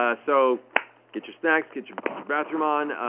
ah so get your snacks, get your bathroom on,